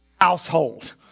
household